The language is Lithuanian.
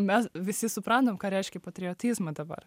mes visi suprantam ką reiškia patriotizmą dabar